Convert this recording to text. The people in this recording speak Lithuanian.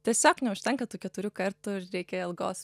tiesiog neužtenka tų keturių kartų ir reikia ilgos